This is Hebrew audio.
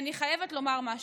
אני חייבת לומר משהו,